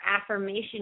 affirmation